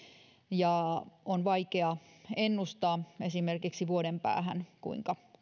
ja on vaikea ennustaa esimerkiksi vuoden päähän kuinka